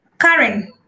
Karen